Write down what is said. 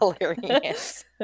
hilarious